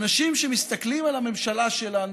אנשים שמסתכלים על הממשלה שלנו,